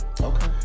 Okay